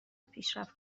پیشرفت